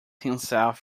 himself